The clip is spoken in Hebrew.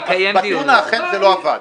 אני קיימתי את הדיון פה.